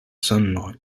sunlight